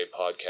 podcast